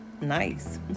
Nice